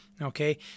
Okay